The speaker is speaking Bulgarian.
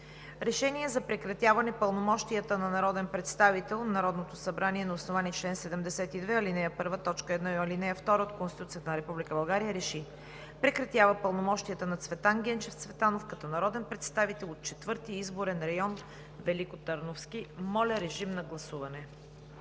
РЕШЕНИЕ за прекратяване пълномощията на народен представител Народното събрание на основание чл. 72, ал. 1, т. 1 и ал. 2 от Конституцията на Република България РЕШИ: Прекратява пълномощията на Цветан Генчев Цветанов като народен представител от Четвърти изборен район – Великотърновски.“ Моля, режим на гласуване.